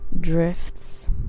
drifts